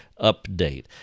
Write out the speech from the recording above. update